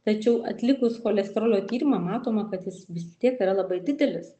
tačiau atlikus cholesterolio tyrimą matoma kad jis vis tiek yra labai didelis